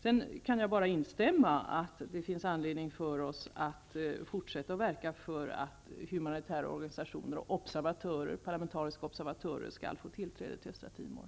Jag kan bara instämma i att det finns anledning för oss att fortsätta att verka för att humanitära organisationer och parlamentariska observatörer skall få tillträde till Östtimor.